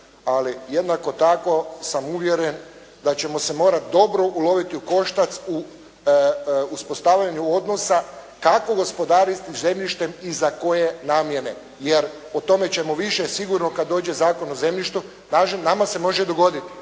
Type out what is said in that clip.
ali jednako tako sam uvjeren da ćemo se morati dobro uloviti u koštac u uspostavljanju odnosa, kako gospodariti zemljištem i za koje namjene, jer o tome ćemo više kada dođe Zakon o zemljištu, kažem nama se može dogoditi,